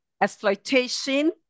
exploitation